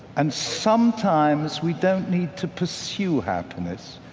and sometimes we don't need to pursue happiness.